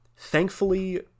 Thankfully